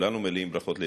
כולנו מלאים ברכות,